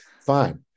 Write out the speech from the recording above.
Fine